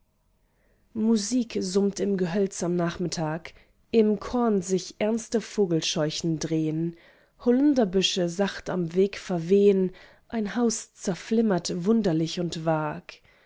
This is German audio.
musik summt im gehölz am nachmittag im korn sich ernste vogelscheuchen drehn hollunderbüsche sacht am weg verwehn ein haus zerflimmert wunderlich und vag